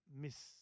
Miss